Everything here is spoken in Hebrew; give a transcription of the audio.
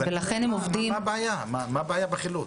אז מה הבעיה בחילוט?